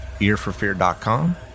earforfear.com